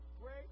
great